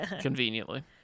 conveniently